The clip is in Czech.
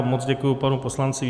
Moc děkuji panu poslanci